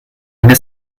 eine